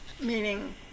Meaning